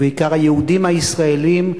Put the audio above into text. ובעיקר היהודים הישראלים,